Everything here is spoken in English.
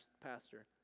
pastor